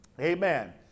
amen